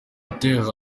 reuters